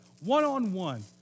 one-on-one